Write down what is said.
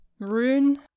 Rune